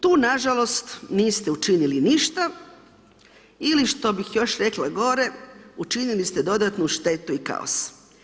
Tu nažalost niste učinili ništa ili što bih još rekla gore, učinili ste dodatnu štetu i kaos.